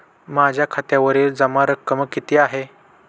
माझ्या खात्यावरील जमा रक्कम किती आहे?